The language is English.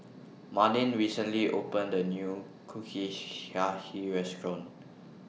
Marlin recently opened A New Restaurant